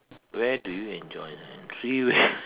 where do you enjoy them three way